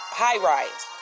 high-rise